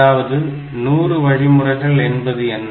அதாவது 100 வழிமுறைகள் என்பது என்ன